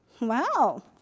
Wow